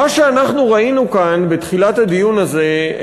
מה שאנחנו ראינו כאן בתחילת הדיון הזה,